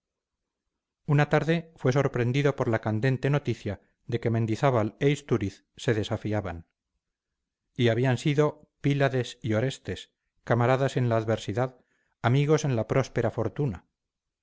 una tarde fue sorprendido por la candente noticia de que mendizábal e istúriz se desafiaban y habían sido pílades y orestes camaradas en la adversidad amigos en la próspera fortuna